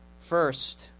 First